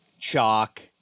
Chalk